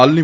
હાલની